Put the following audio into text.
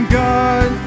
god